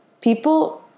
People